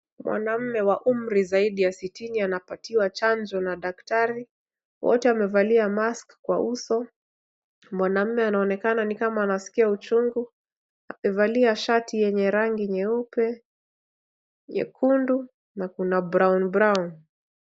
Mwanaume wa umri zaidi ya sitini anapatiwa chanjo na daktari. Wote wamevalia mask kwa uso. Mwanaume anaonekana ni kama anasikia uchungu. Amevalia shati yenye rangi nyeupe, nyekundu na kuna brown brown .